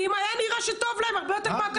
מה אתה רוצה, שהיא תשב ארבע שנים?